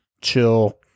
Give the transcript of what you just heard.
chill